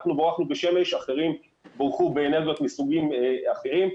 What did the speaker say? אנחנו ובורכנו בשמש ואחרים בורכו באנרגיות מסוגים אחרים.